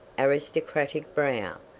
aristocratic brow,